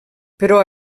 però